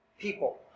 people